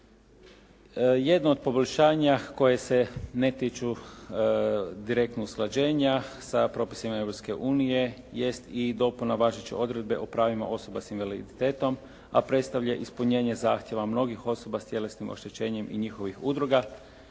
Jedno od poboljšanja koje se ne tiču direktno usklađenja sa propisima Europske unije jest i dopuna važeće odredbe o pravima osoba s invaliditetom ,a predstavlja ispunjenje zahtjeva mnogih osoba s tjelesnim oštećenjem i njihovih udruga.